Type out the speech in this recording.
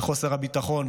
בחוסר הביטחון,